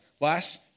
Last